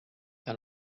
que